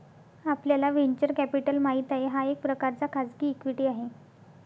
आपल्याला venture capital माहित आहे, हा एक प्रकारचा खाजगी इक्विटी आहे